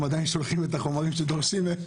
עדיין שולחים את החומרים שדורשים מהם.